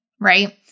right